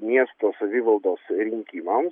miesto savivaldos rinkimams